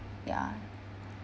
ya